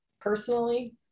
Personally